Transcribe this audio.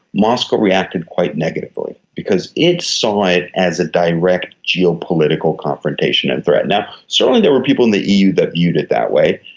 moscow reacted quite negatively, because it saw it as a direct geopolitical confrontation and threat. and certainly certainly there were people in the eu that viewed it that way,